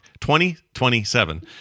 2027